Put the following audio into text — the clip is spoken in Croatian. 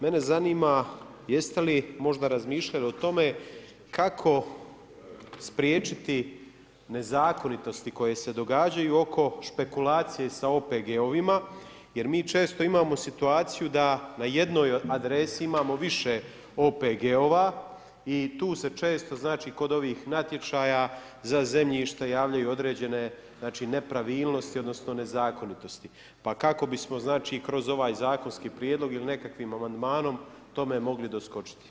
Mene zanima, jeste li možda razmišljali o tome kako spriječiti nezakonitosti koje se događaju oko špekulacije sa OPG-ovima, jer mi često imamo situaciju da na jednoj adresi imamo više OPG-ova i tu se često, znači kod ovih natječaja za zemljište javljaju određene, znači nepravilnosti, odnosno nezakonitosti, pa kako bismo znači i kroz ovaj zakonski prijedlog ili nekakvim amandmanom tome mogli doskočiti.